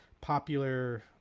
popular